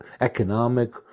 economic